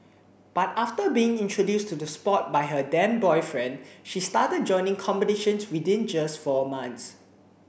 but after being introduced to the sport by her then boyfriend she started joining competitions within just four months